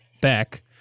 back